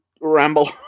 ramble